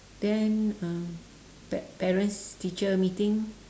then uh pa~ parents teacher meeting